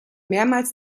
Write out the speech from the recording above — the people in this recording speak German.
mehrmals